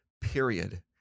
period